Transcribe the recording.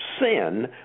sin